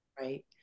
Right